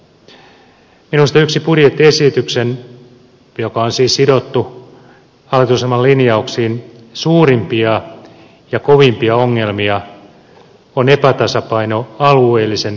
minusta yksi budjettiesityksen joka on siis sidottu hallitusohjelman linjauksiin suurimpia ja kovimpia ongelmia on epätasapaino alueellisen oikeudenmukaisuuden osalta